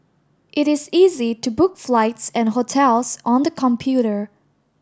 it is easy to book flights and hotels on the computer